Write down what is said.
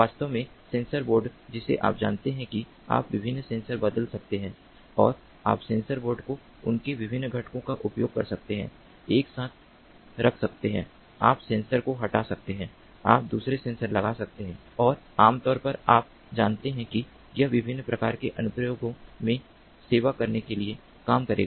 वास्तव में sensor board जिसे आप जानते हैं कि आप विभिन्न सेंसर बदल सकते हैं और आप सेंसर बोर्ड को इसके विभिन्न घटकों का उपयोग कर सकते हैं एक साथ रख सकते हैं आप सेंसर को हटा सकते हैं आप दूसरा सेंसर लगा सकते हैं और आमतौर पर आप जानते हैं कि यह विभिन्न के प्रकार अनुप्रयोगों में सेवा करने के लिए काम करेगा